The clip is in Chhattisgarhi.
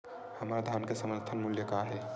हमर धान के समर्थन मूल्य का हे?